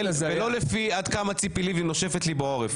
ולא לפי עד כמה ציפי לבני נושפת לי בעורף.